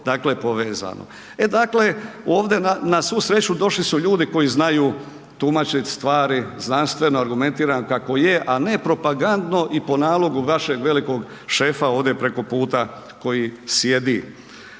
je to povezano. E dakle ovdje na svu sreću došli su ljudi koji znaju tumačiti stvari znanstveno, argumentirano kako je, a ne propagandno i po nalogu vašeg velikog šefa ovdje preko puta koji sjedi.